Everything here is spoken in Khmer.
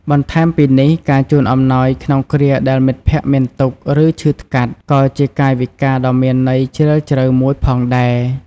បន្ថែមពីនេះ ការជូនអំណោយក្នុងគ្រាដែលមិត្តភក្តិមានទុក្ខ ឬឈឺថ្កាត់ ក៏ជាកាយវិការដ៏មានន័យជ្រាលជ្រៅមួយផងដែរ។